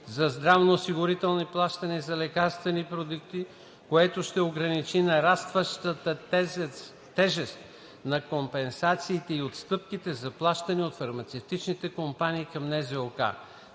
за здравноосигурителни плащания за лекарствени продукти, което ще ограничи нарастващата тежест на компенсациите и отстъпките, заплащани от фармацевтични компании към НЗОК,